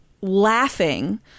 laughing